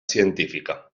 científica